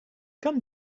come